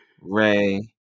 Ray